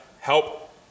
help